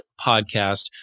podcast